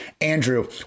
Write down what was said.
Andrew